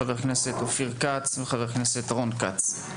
הצעתם של חברי הכנסת אופיר כץ וחבר הכנסת רון כץ.